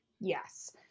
Yes